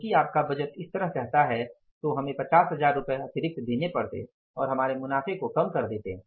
क्योंकि आपका बजट इस तरह कहता है तो हमें 50 हजार रुपये अतिरिक्त देने पड़ते और हमारे मुनाफे को कम कर देते